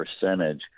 percentage